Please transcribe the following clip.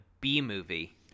b-movie